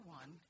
one